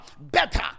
better